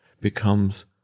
becomes